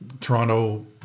Toronto